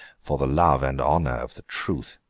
for the love and honour of the truth!